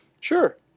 Sure